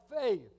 faith